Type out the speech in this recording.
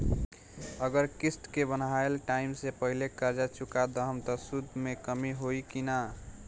अगर किश्त के बनहाएल टाइम से पहिले कर्जा चुका दहम त सूद मे कमी होई की ना?